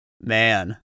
Man